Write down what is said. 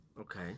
Okay